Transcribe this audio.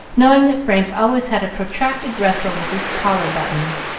knowing that frank always had a protracted wrestle with his collar-buttons,